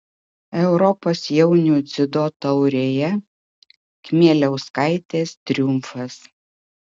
europos jaunių dziudo taurėje kmieliauskaitės triumfas